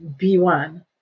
B1